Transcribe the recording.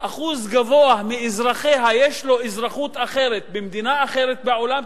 גבוה מאזרחיה יש אזרחות אחרת במדינה אחרת בעולם,